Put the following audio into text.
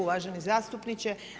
Uvaženi zastupniče.